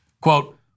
quote